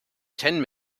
ten